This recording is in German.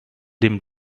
dem